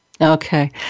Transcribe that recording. Okay